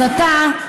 אז אתה,